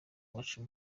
wacu